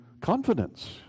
confidence